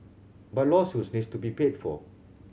but lawsuits needs to be paid for